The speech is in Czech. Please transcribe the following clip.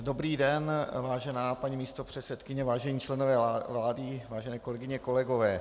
Dobrý den, vážená paní místopředsedkyně, vážení členové vlády, vážené kolegyně, kolegové.